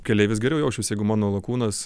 keleivis geriau jausčiaus jeigu mano lakūnas